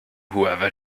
whoever